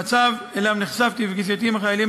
המצב שאליו נחשפתי בפגישתי עם החיילים